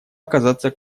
оказаться